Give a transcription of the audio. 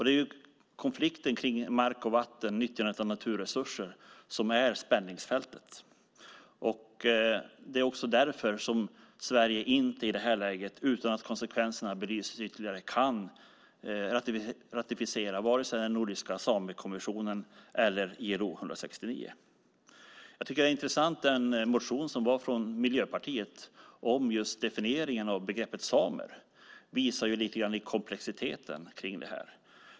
Det är konflikten kring mark och vatten och nyttjandet av naturresurser som är spänningsfältet. Det är också därför Sverige i det här läget inte kan ratificera vare sig den nordiska Samekonventionen eller ILO 169 utan att konsekvenserna beskrivs ytterligare. Miljöpartiets motion om definieringen av begreppet samer är intressant. Den visar komplexiteten i detta.